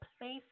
place